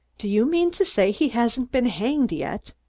do you mean to say he hasn't been hanged yet?